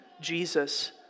Jesus